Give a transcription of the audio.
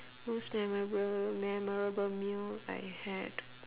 most memorable memorable meal I had